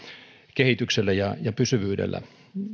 kehitykselle ja ja pysyvyydelle